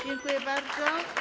Dziękuję bardzo.